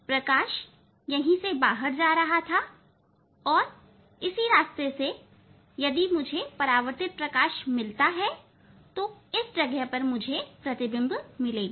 प्रकाश इसी से बाहर जा रहा था और उसी रास्ते में अगर मुझे परावर्तित प्रकाश मिलता है तो इसी जगह पर मुझे प्रतिबिंब मिलेगा